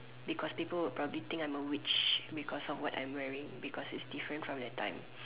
because people would probably think I'm a witch because of what I'm wearing because it's different from that time